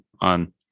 on